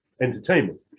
entertainment